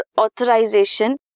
authorization